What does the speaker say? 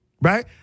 right